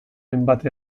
hainbat